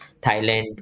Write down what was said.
Thailand